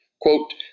quote